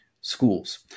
schools